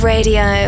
Radio